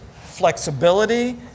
flexibility